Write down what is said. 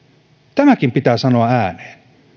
tämäkin pitää sanoa ääneen